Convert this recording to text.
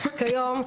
כיום,